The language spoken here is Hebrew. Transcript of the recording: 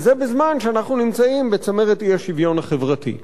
וזה בזמן שאנחנו נמצאים בצמרת האי-שוויון החברתי.